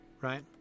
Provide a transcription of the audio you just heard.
right